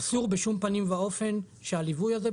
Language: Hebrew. אסור בשום פנים ואופן שהליווי הזה,